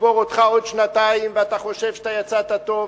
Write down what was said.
תקבור אותך עוד שנתיים, ואתה חושב שאתה יצאת טוב.